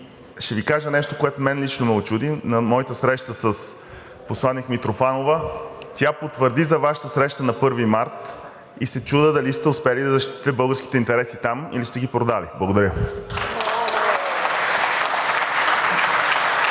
ще Ви кажа нещо, което мен лично ме учуди. На моята среща с посланик Митрофанова тя потвърди за Вашата среща на 1 март и се чудя дали сте успели да защитите българските интереси там, или сте ги продали. Благодаря.